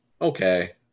okay